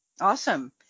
Awesome